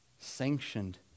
sanctioned